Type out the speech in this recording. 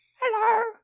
hello